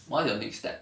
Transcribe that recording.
what's your next step